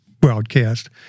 broadcast